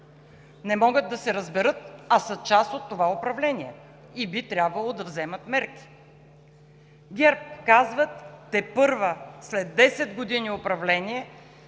Не могат да се разберат, а са част от това управление и би трябвало да вземат мерки! ГЕРБ казват, тепърва след 10 години управление: